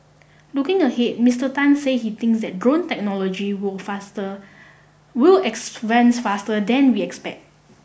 looking ahead Mister Tan say he thinks that drone technology will faster will advance faster than we expect